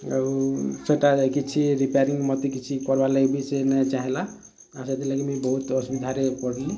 ଆଉ ସେଟା ଯାଇକି କିଛି ରିପ୍ୟାରିଙ୍ଗ୍ ମୋତେ କିଛି କର୍ବାଲାଗି ବି ସେ ନାଇଁ ଚାହିଁଲା ଆର୍ ସେଥିର୍ ଲାଗି ମୁଇଁ ବହୁତ୍ ଅସୁବିଧା ପଡ଼୍ଲି